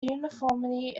uniformity